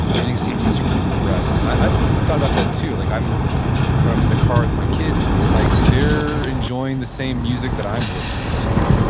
everything seems super compressed. and i've thought about that too. like when i'm in the car with my kids and like they're enjoying the same music that i'm listening to.